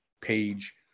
page